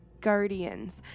guardians